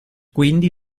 quindi